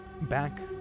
back